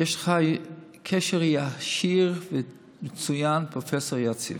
יש לך קשר ישיר ומצוין עם פרופ' יציב.